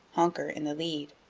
honker in the lead.